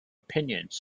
opinions